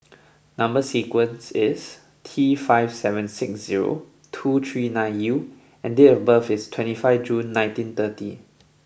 number sequence is T five seven six zero two three nine U and date of birth is twenty five June nineteen thirty